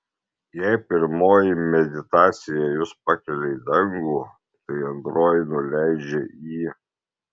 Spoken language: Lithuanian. jei pirmoji meditacija jus pakelia į dangų tai antroji nuleidžia į